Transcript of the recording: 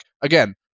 again